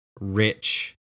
rich